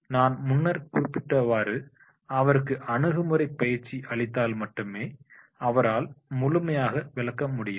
ஆனால் நான் முன்னர் குறிப்பிட்டவாறு அவருக்கு அணுகுமுறை பயிற்சி அளித்தால் மட்டுமே அவரால் முழுமையாக விளக்க முடியும்